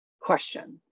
question